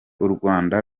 urwanda